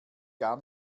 gar